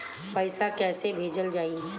पैसा कैसे भेजल जाइ?